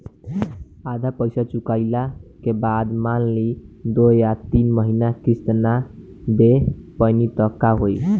आधा पईसा चुकइला के बाद मान ली दो या तीन महिना किश्त ना दे पैनी त का होई?